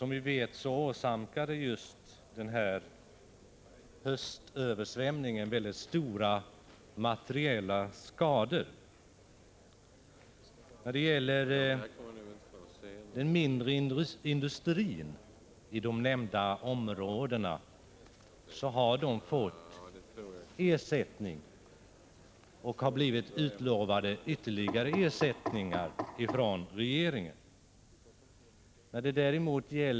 Som vi vet åsamkade just 3 RT denna höstöversvämning mycket stora materiella skador. Den mindre industrin i de nämnda områdena har fått ersättning och har blivit lovad ytterligare ersättning från regeringen.